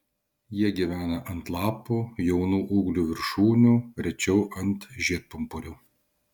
jie gyvena ant lapų jaunų ūglių viršūnių rečiau ant žiedpumpurių